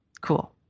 Cool